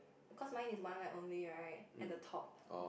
cause mine is one light only right at the top